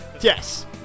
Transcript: Yes